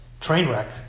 Trainwreck